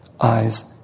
Eyes